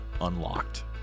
Unlocked